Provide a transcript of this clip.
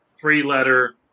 three-letter